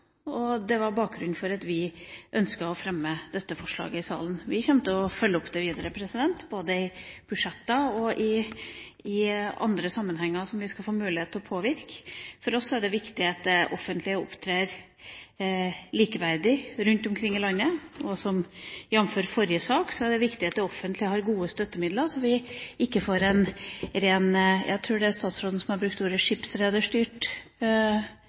Det var bakgrunnen for at vi ønsket å fremme dette forslaget i salen. Vi kommer til å følge dette opp videre, både i budsjetter og i andre sammenhenger hvor vi har muligheten til å påvirke. For oss er det viktig at det offentlige opptrer likeverdig rundt omkring i landet, jf. forrige sak. Det er viktig at det offentlige har gode støttemidler, slik at vi ikke får en ren «skipsrederstyrt kulturpolitikk» – jeg tror det var statsråden som